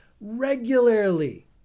regularly